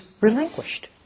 relinquished